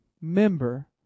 member